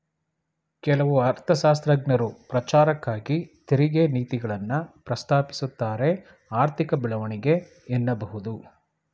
ಕೆಲವು ಅರ್ಥಶಾಸ್ತ್ರಜ್ಞರು ಪ್ರಚಾರಕ್ಕಾಗಿ ತೆರಿಗೆ ನೀತಿಗಳನ್ನ ಪ್ರಸ್ತಾಪಿಸುತ್ತಾರೆಆರ್ಥಿಕ ಬೆಳವಣಿಗೆ ಎನ್ನಬಹುದು